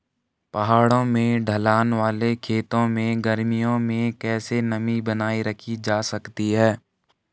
पहाड़ों में ढलान वाले खेतों में गर्मियों में कैसे नमी बनायी रखी जा सकती है?